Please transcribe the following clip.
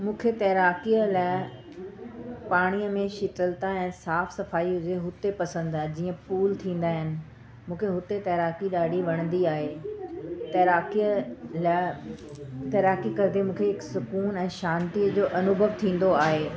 मूंखे तैराकीअ लाइ पाणीअ में शीतलता ऐं साफ़ु सफ़ाई हुजे उते पसंदि आहे जीअं पूल थींदा आहिनि मूंखे हुते तैराकी ॾाढी वणंदी आहे तैराकीअ ल तैराकी कंदे मूंखे हिकु सुकून ऐं शांतीअ जो अनुभव थींदो आहे